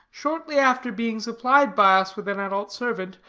shortly after being supplied by us with an adult servant,